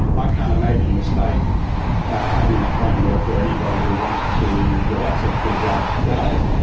i can't imagine the state having a framework where anybody who wants to get access to drugs does,